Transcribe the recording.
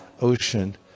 ocean